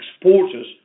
exporters